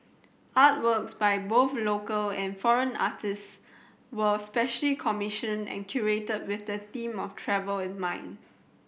Artworks by both local and foreign artists were specially commissioned and curated with the theme of travel in mind